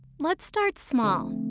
let's start small.